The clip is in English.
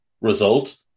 result